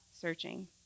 searching